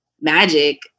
magic